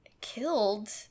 killed